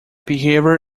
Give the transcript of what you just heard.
behaviour